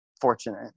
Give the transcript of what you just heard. fortunate